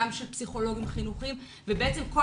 גם של פסיכולוגים חינוכיים ובעצם כל